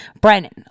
Brennan